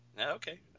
Okay